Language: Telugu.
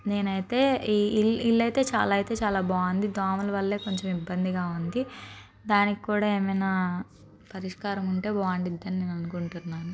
నేనైతే ఈ ఇల్లు ఇళ్లైతే చాలా అయితే చాలా బాగుంది దోమల వల్లే కొంచెం ఇబ్బందిగా ఉంది దానికి కూడా ఏమైనా పరిష్కారం ఉంటే బావుండిద్దని నేననుకుంటున్నాను